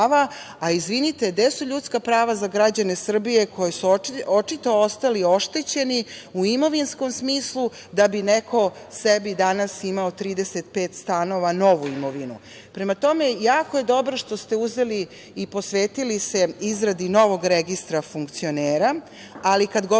Izvinite, gde su ljudska prava za građane Srbije koji su očito ostali oštećeni u imovinskom smislu da bi neko sebi danas imao 35 stanova novu imovinu? Prama tome, jako je dobro što ste uzeli i posvetili se izradi novog Registra funkcionera, ali kad govorimo